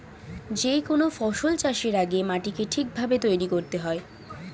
যে কোনো ফসল চাষের আগে মাটিকে ঠিক ভাবে তৈরি করতে হয়